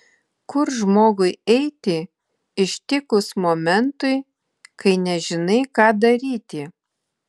kur žmogui eiti ištikus momentui kai nežinai ką daryti